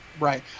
Right